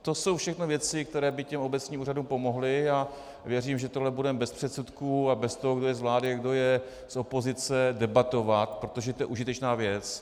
To jsou všechno věci, které by obecním úřadům pomohly, a věřím, že tohle budeme bez předsudků a bez toho, kdo je z vlády a kdo je z opozice, debatovat, protože to je užitečná věc.